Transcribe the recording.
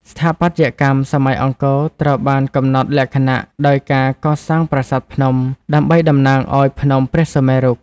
ស្ថាបត្យកម្មសម័យអង្គរត្រូវបានកំណត់លក្ខណៈដោយការកសាងប្រាសាទភ្នំ ដើម្បីតំណាងឱ្យភ្នំព្រះសុមេរុ។